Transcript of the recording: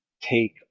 take